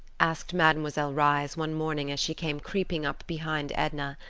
asked mademoiselle reisz one morning as she came creeping up behind edna,